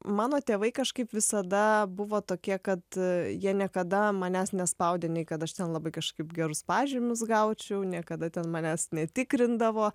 mano tėvai kažkaip visada buvo tokie kad jie niekada manęs nespaudė nei kad aš ten labai kažkaip gerus pažymius gaučiau niekada ten manęs netikrindavo